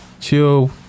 chill